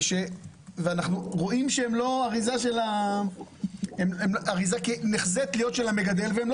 ואנחנו רואים שזאת אריזה שנחזית להיות של המגדל והיא לא